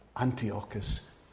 Antiochus